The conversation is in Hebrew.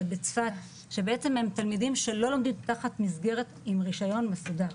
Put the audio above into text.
קצת בצפת שהם תלמידים שלא לומדים תחת מסגרת עם רישיון מסודר.